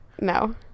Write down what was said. no